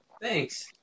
Thanks